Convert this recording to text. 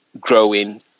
growing